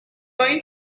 going